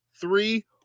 three